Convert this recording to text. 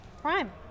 prime